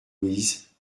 louise